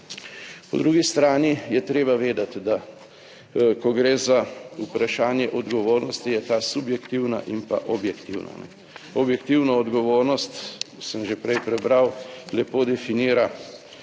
Po drugi strani je treba vedeti, da ko gre za vprašanje odgovornosti je ta subjektivna in pa objektivna. Objektivno odgovornost sem že prej prebral, lepo definira dr.